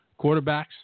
quarterbacks